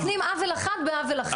מתקנים עוול אחד בעוול אחר.